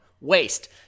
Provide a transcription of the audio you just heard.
Waste